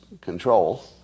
control